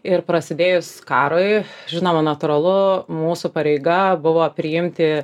ir prasidėjus karui žinoma natūralu mūsų pareiga buvo priimti